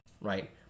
Right